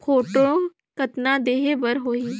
Photo कतना देहें बर होहि?